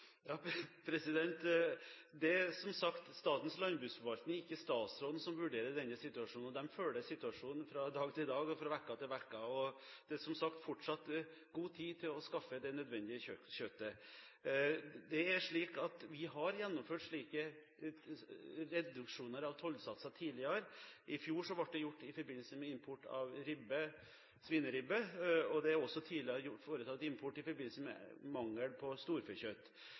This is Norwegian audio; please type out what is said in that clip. Det er som sagt Statens landbruksforvaltning, ikke statsråden, som vurderer denne situasjonen. De følger situasjonen fra dag til dag og fra uke til uke. Det er som sagt fortsatt god tid til å skaffe det nødvendige kjøttet. Det er slik at vi har gjennomført slike reduksjoner av tollsatser tidligere. I fjor ble det gjort i forbindelse med import av svineribbe, og det er også tidligere foretatt import i forbindelse med mangel på storfekjøtt.